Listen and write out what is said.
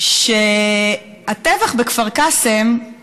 שהטבח בכפר קאסם,